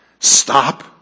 Stop